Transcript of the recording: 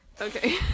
okay